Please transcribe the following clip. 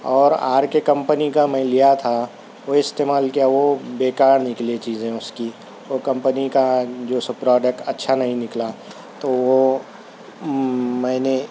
اور R K company کا میں لیا تھا وہ استعمال کیا وہ بیکار نکلی چیزیں اُس کی وہ کمپنی کا جو سب پروڈکٹ اچھا نہیں نکلا تو وہ میں نے